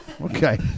okay